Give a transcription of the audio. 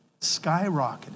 skyrocketed